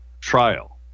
trial